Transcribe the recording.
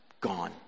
gone